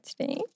today